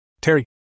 Terry